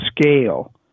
scale